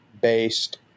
based